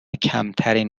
کمترین